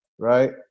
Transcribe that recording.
Right